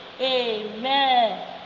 Amen